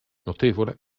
notevole